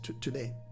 today